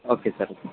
okay sir